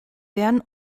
werden